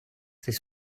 this